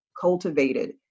cultivated